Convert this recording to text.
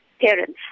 parents